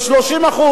ב-30%,